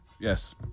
Yes